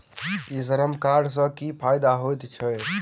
ई श्रम कार्ड सँ की फायदा होइत अछि?